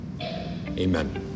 Amen